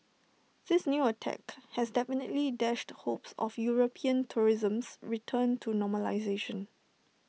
this new attack has definitely dashed hopes of european tourism's return to normalisation